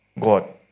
God